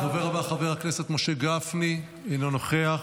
חבר הכנסת משה גפני, אינו נוכח,